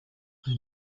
ayo